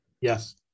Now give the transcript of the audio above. Yes